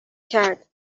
کرد